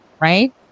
right